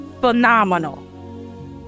phenomenal